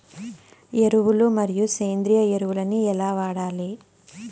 ఎరువులు మరియు సేంద్రియ ఎరువులని ఎలా వాడాలి?